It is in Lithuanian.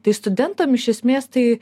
tai studentam iš esmės tai